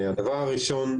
הדבר הראשון,